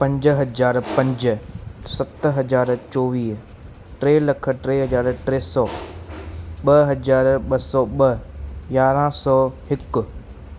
पंज हज़ार पंज सत हज़ार चोवीह टे लख टे हज़ार टे सौ ॿ हज़ार ॿ सौ ॿ यारहं सौ हिकु